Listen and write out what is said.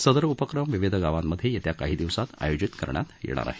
सदर उपक्रम विविध गावांमध्ये येत्या काही दिवसात आयोजित करण्यात येणार आहेत